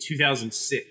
2006